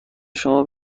شما